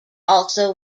also